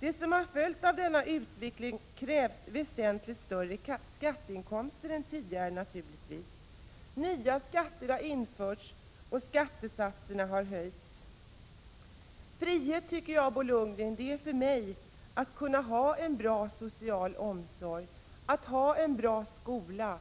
Bo Lundgren, frihet är för mig att ha en bra omsorg, en bra skola